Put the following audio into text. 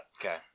Okay